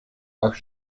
are